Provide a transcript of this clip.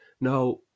now